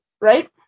right